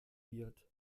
wird